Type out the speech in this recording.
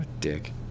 dick